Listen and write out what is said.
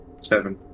Seven